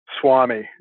Swami